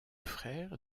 frère